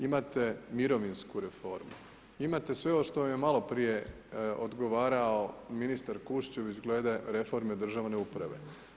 Imate mirovinsku reformu, imate ovo što vam ne maloprije odgovarao ministar Kuščević glede reforme državne uprave.